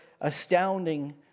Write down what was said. astounding